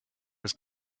was